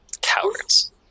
Cowards